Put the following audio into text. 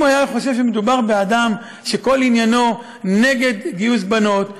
אם הוא היה חושב שמדובר באדם שכל עניינו נגד גיוס בנות,